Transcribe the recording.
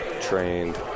trained